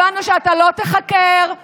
הבנו שאתה לא תיחקר,